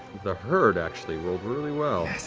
the herd actually rolled really well.